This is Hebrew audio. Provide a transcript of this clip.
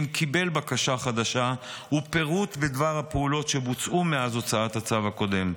אם קיבל בקשה חדשה ופירוט בדבר הפעולות שבוצעו מאז הוצאת הצו הקודם.